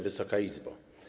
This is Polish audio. Wysoka Izbo!